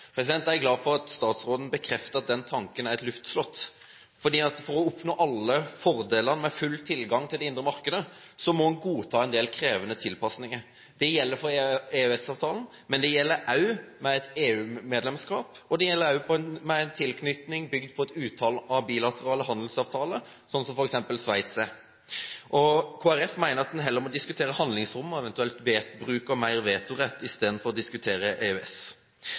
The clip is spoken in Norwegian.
Jeg er glad for at statsråden bekrefter at den tanken er et luftslott, for for å oppnå alle fordeler med full tilgang til det indre markedet må en godta en del krevende tilpasninger. Det gjelder for EØS-avtalen, det gjelder også med et EU-medlemskap, og det gjelder også med en tilknytning bygd på et utall av bilaterale handelsavtaler, sånn som f.eks. er tilfellet med Sveits. Kristelig Folkeparti mener at en heller må diskutere handlingsrom og eventuelt mer bruk av vetoretten istedenfor å diskutere EØS.